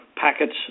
packets